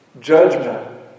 judgment